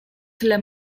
tyle